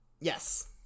Yes